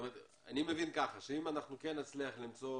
אני מבין שאם אנחנו כן נצליח למצוא